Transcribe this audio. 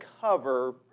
cover